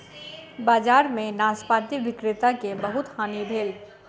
बजार में नाशपाती विक्रेता के बहुत हानि भेल